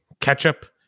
ketchup